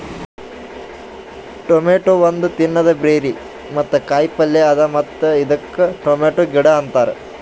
tomato ಒಂದ್ ತಿನ್ನದ berry ಮತ್ತ ಕಾಯಿ ಪಲ್ಯ ಅದಾ ಮತ್ತ ಇದಕ್ ಟೊಮೇಟೊ ಗಿಡ ಅಂತಾರ್